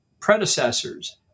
predecessors